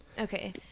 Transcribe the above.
Okay